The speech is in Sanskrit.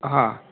हा